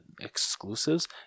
exclusives